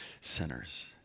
sinners